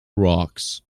rocks